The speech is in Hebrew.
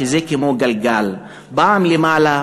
שזה כמו גלגל: פעם למעלה,